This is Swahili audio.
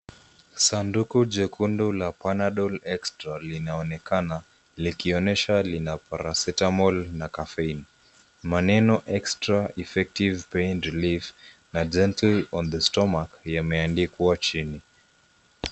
Sanduku jekundu la Panadol Extra linaonekana likionyesha lina paracetamol na caffeine. Maneno extra effective pain relief at dental on the stomach yameandikwa chini.